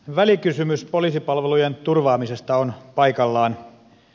välikysymys poliisipalvelujen turvaamisesta on paikallaan